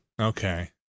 Okay